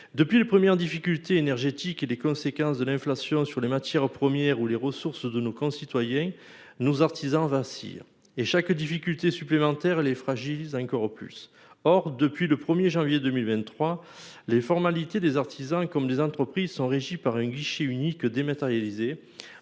Depuis les premières difficultés énergétiques et les conséquences de l'inflation sur les matières premières ou sur les ressources de nos concitoyens, nos artisans vacillent. Et chaque difficulté supplémentaire les fragilise un peu plus. Or, depuis le 1 janvier 2023, les formalités auxquelles sont soumis les artisans et les entreprises sont régies par un guichet unique dématérialisé